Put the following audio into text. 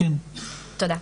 תודה.